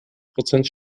prozent